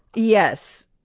yes.